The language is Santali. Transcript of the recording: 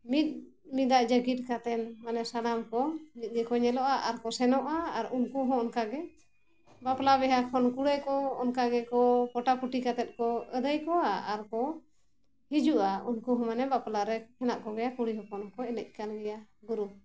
ᱢᱤᱫ ᱢᱤᱫᱟᱜ ᱡᱮᱠᱤᱫ ᱠᱟᱛᱮᱫ ᱢᱟᱱᱮ ᱥᱟᱱᱟᱢ ᱠᱚ ᱢᱤᱫ ᱜᱮᱠᱚ ᱧᱮᱞᱚᱜᱼᱟ ᱟᱨ ᱠᱚ ᱥᱮᱱᱚᱜᱼᱟ ᱟᱨ ᱩᱱᱠᱩ ᱦᱚᱸ ᱚᱱᱠᱟ ᱜᱮ ᱵᱟᱯᱞᱟ ᱵᱤᱦᱟᱹ ᱠᱷᱚᱱ ᱠᱩᱲᱟᱹᱭ ᱠᱚ ᱚᱱᱠᱟ ᱜᱮᱠᱚ ᱯᱚᱴᱟ ᱯᱩᱴᱤ ᱠᱟᱛᱮᱫ ᱠᱚ ᱟᱹᱫᱟᱹᱭ ᱠᱚᱣᱟ ᱟᱨ ᱠᱚ ᱦᱤᱡᱩᱜᱼᱟ ᱩᱱᱠᱩ ᱦᱚᱸ ᱢᱟᱱᱮ ᱵᱟᱯᱞᱟ ᱨᱮ ᱦᱮᱱᱟᱜ ᱠᱚᱜᱮᱭᱟ ᱠᱩᱲᱤ ᱦᱚᱯᱚᱱ ᱦᱚᱸᱠᱚ ᱮᱱᱮᱡ ᱠᱟᱱ ᱜᱮᱭᱟ ᱜᱩᱨᱩ